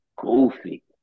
goofy